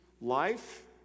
life